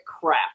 crap